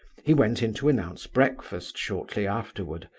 he went in to announce breakfast shortly afterward,